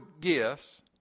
gifts